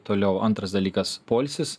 toliau antras dalykas poilsis